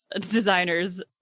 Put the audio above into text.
designers